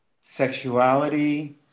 sexuality